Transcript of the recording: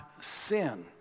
sin